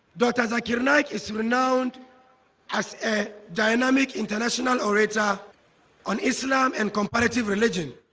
dr. zakir naik is renowned as a dynamic international orator on islam and comparative religion